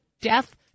Death